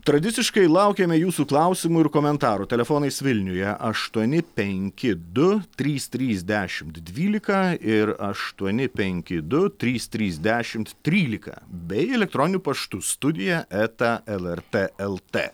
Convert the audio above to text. tradiciškai laukiame jūsų klausimų ir komentarų telefonais vilniuje aštuoni penki du trys trys dešimt dvylika ir aštuoni penki du trys trys dešimt trylika bei elektroniniu paštu studija eta lrt lt